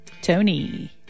Tony